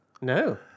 No